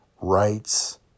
rights